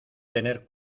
tener